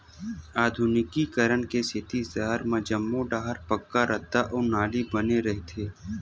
आधुनिकीकरन के सेती सहर म जम्मो डाहर पक्का रद्दा अउ नाली बने रहिथे